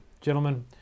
gentlemen